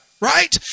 Right